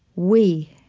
we